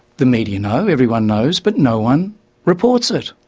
the media know, everyone knows, but no one reports it.